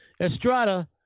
Estrada